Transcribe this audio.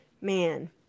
man